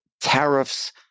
tariffs